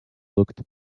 looked